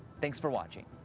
thanks for watching.